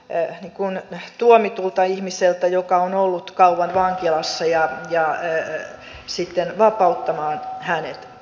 terhi kuin astua syyttömyys tuomitulle ihmiselle joka on ollut kauan vankilassa ja sitten vapauttamaan hänet